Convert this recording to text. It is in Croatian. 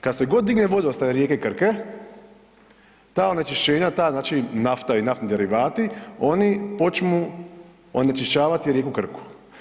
Kad god se digne vodostaj rijeke Krke, ta onečišćenja, ta znači nafta i naftni derivati oni počnu onečišćavati rijeku Krku.